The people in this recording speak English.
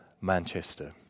Manchester